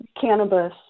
cannabis